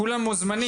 כולם מוזמנים,